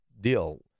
deal